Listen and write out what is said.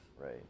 right